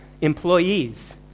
employees